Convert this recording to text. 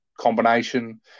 combination